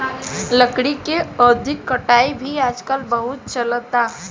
लकड़ी के अवैध कटाई भी आजकल बहुत चलता